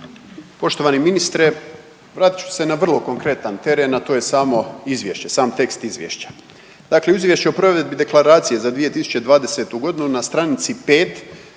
Poštovani ministre, vratit ću se na vrlo konkretan teren, a to je samo Izvješće, sam tekst Izvješća. Dakle u Izvješću o provedbi Deklaracije za 2020. g. na stranici 5